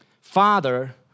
Father